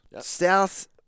South